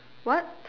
what